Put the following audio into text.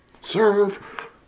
Serve